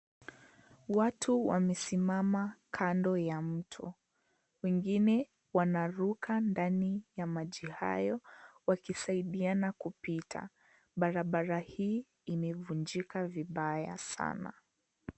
Watu wamesimama kando ya mto. Wengine wanaruka ndani ya maji hayo wakisaidiana kupita. Barabara hii imevunjika vibaya sana.